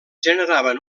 generaven